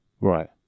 Right